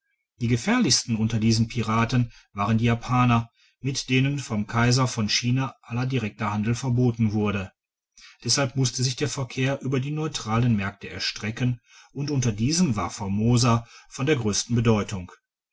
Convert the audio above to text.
die gefährlichsten unter diesen piraten waren die japaner mit denen vom kaiser von china aller direkter handel verboten wurde deshalb musste sich der verkehr über die neutralen märkte erstrecken und unter diesen war formosa von der grössten bedeutung